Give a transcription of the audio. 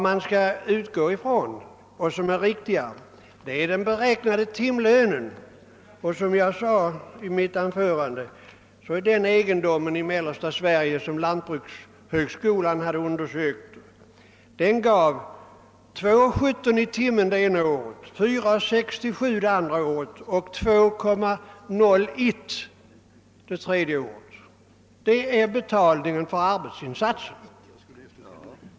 Man kan också utgå från den beräknade timlönen. Vid den egendom som Lantbrukshögskolan hade undersökt var, som jag sade i mitt förra anförande, timinkomsten kronor 2:17 första året, kronor 4:67 det andra året och kronor 2: 01 det tredje året. Det var betalningen för arbetsinsatsen.